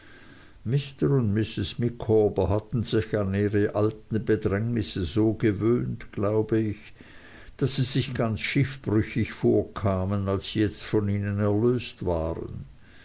und mrs micawber hatten sich an ihre alten bedrängnisse so gewöhnt glaube ich daß sie sich ganz schiffbrüchig vorkamen als sie jetzt von ihnen erlöst waren